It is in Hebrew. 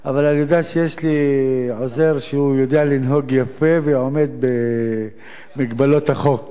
אבל אני יודע שיש לי עוזר שיודע לנהוג יפה ועומד במגבלות החוק,